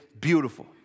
beautiful